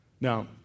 Now